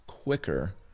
Quicker